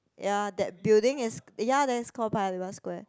ya that building is ya that is call Paya-Lebar Square